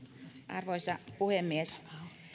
arvoisa puhemies